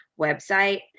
website